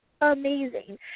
amazing